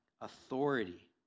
authority